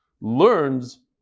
learns